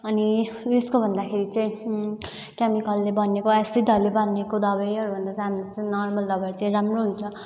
अनि उयसको भन्दाखेरि चाहिँ केमिकलले बनिएको एसिडहरूले बनिएको दबाईहरूभन्दा चाहिँ हामीले चाहिँ नर्मल दबाई चाहिँ राम्रो हुन्छ